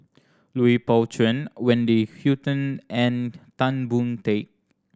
Lui Pao Chuen Wendy Hutton and Tan Boon Teik